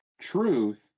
truth